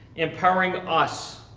empowering us